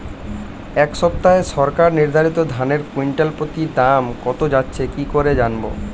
এই সপ্তাহে সরকার নির্ধারিত ধানের কুইন্টাল প্রতি দাম কত যাচ্ছে কি করে জানবো?